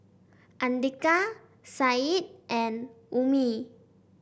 Andika Said and Ummi